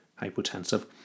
hypotensive